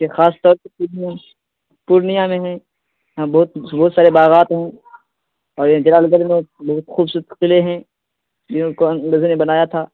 یہ خاص طور پہ پورنیہ میں ہے یہاں بہت بہت سارے باغات ہیں اور یہ جلال گڑھ میں بہت خوبصورت قلعے ہیں جن کو انگریزوں نے بنایا تھا